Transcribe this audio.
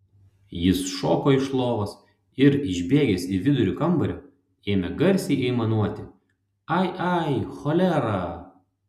jis šoko iš lovos ir išbėgęs į vidurį kambario ėmė garsiai aimanuoti ai ai cholera